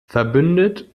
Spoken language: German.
verbündet